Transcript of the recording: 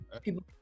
People